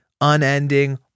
unending